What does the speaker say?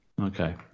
Okay